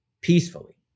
peacefully